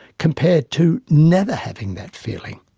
compared to never having that feeling.